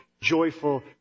joyful